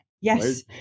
Yes